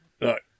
Look